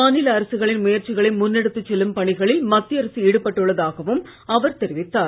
மாநில அரசுகளின் முயற்சிகளை முன் எடுத்துச் செல்லும் பணிகளில் மத்திய அரசு ஈடுபட்டுள்ளதாகவும் அவர் தெரிவித்தார்